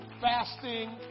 fasting